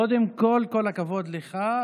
קודם כול, כל הכבוד לך.